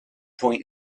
point